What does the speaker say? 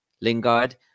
Lingard